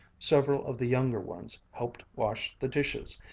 several of the younger ones helped wash the dishes,